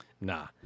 Nah